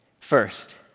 First